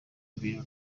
ibintu